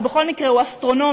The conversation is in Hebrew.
אבל בכל מקרה הוא אסטרונומי,